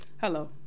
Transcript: Hello